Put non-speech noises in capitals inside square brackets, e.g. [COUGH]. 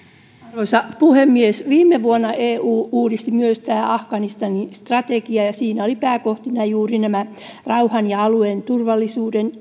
arvoisa puhemies viime vuonna eu uudisti myös tämän afganistanin strategian ja siinä olivat pääkohtina juuri nämä rauhan ja alueen turvallisuuden [UNINTELLIGIBLE]